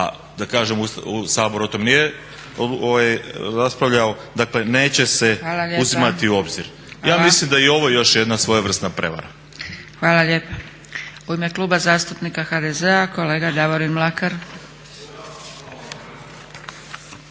da kažem Sabor o tome nije raspravljao, dakle neće se uzimati u obzir. Ja mislim da je i ovo još jedna svojevrsna prevara. **Zgrebec, Dragica (SDP)** Hvala lijepa. U ime Kluba zastupnika HDZ-a kolega Davorin Mlakar.